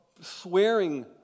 swearing